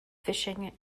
fishing